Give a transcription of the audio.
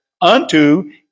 unto